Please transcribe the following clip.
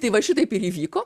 tai va šitaip ir įvyko